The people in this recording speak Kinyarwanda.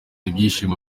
ibyishimo